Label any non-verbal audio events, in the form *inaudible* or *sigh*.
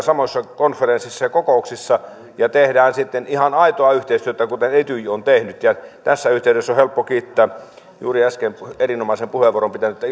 *unintelligible* samoissa konferensseissa ja kokouksissa ja tehdään sitten ihan aitoa yhteistyötä kuten etyj on tehnyt tässä yhteydessä on helppo kiittää juuri äsken erinomaisen puheenvuoron pitänyttä *unintelligible*